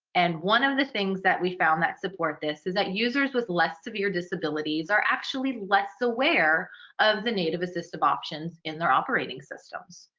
and one of the things that we found that support this is that users with less severe disabilities are actually less aware of the native assistive options in their operating systems.